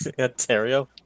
Ontario